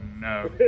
no